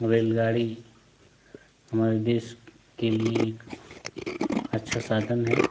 रेलगाड़ी हमारे देश के लिए एक अच्छा साधन है